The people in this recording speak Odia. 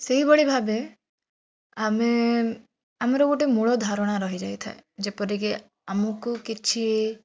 ସେଇଭଳି ଭାବେ ଆମେ ଆମର ଗୋଟିଏ ମୂଳ ଧାରଣା ରହିଯାଇଥାଏ ଯେପରିକି ଆମକୁ କିଛି